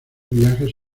viajes